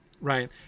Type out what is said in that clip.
right